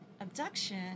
abduction